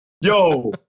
Yo